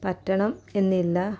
പറ്റണം എന്നില്ല